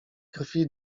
krwi